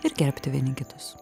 ir gerbti vieni kitus